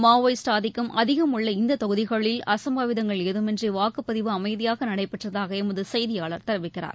Maoist அதிகம் உள்ள இந்ததொகுதிகளில் ஆதிக்கம் அசம்பாவிதங்கள் ஏதமின்றிவாக்குப்பதிவு அமைதியாகநடைபெற்றதாகளமதுசெய்தியாளர் தெரிவிக்கிறார்